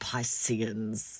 Pisceans